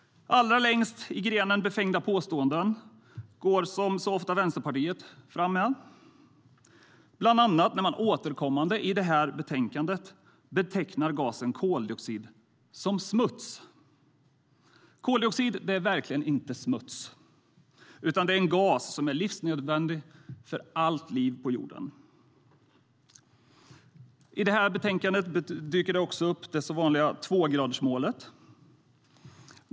Allra längst i grenen befängda påståenden går som så ofta Vänsterpartiet, bland annat när man återkommande i detta betänkande betecknar gasen koldioxid som "smuts". Koldioxid är verkligen inte smuts, utan det är en gas som är livsnödvändig för allt liv på jorden. I detta betänkande dyker också det så vanliga begreppet "tvågradersmålet" upp.